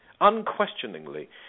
unquestioningly